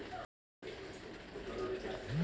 सरसो कर खेती बर कोन मौसम हर ठीक होथे ग?